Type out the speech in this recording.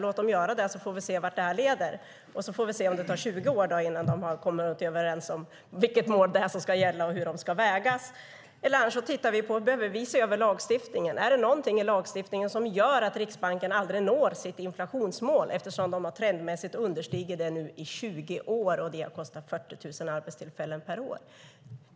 Låt dem göra det, så får vi se vart det här leder, och så får vi se om det tar 20 år innan de kommer överens om vilket mål det är som ska gälla och hur de ska vägas. Annars kan vi titta på om vi behöver se över lagstiftningen. Är det någonting i lagstiftningen som gör att Riksbanken aldrig når sitt inflationsmål? De har ju trendmässigt understigit det i 20 år, och det har kostat 40 000 arbetstillfällen per år.